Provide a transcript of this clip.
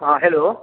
हाँ हेलो